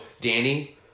Danny